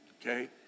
okay